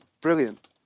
Brilliant